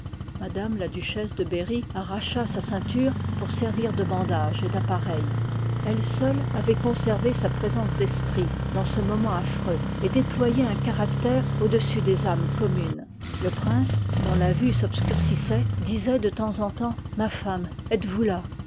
m la duchesse de berry arracha sa ceinture pour servir je bandage et d'appareil elle seule avoit conservé sa présence d'esprit dans ce moment affreux et déployoit un caracliv ii tère au dessus des âmes communes le prince dont la vue s'obscurcissoit disoit de temps en temps ma femme ëtes vous là